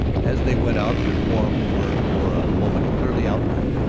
as they went out their forms were for a moment clearly outlined,